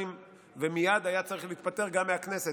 ומייד היה צריך להתפטר גם מהכנסת,